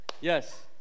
Yes